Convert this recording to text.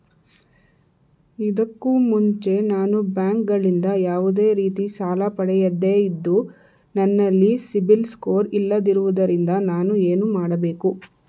ಇದಕ್ಕೂ ಮುಂಚೆ ನಾನು ಬ್ಯಾಂಕ್ ಗಳಿಂದ ಯಾವುದೇ ರೀತಿ ಸಾಲ ಪಡೆಯದೇ ಇದ್ದು, ನನಲ್ಲಿ ಸಿಬಿಲ್ ಸ್ಕೋರ್ ಇಲ್ಲದಿರುವುದರಿಂದ ನಾನು ಏನು ಮಾಡಬೇಕು?